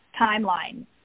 timeline